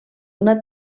una